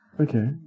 Okay